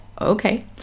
okay